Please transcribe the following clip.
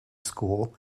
school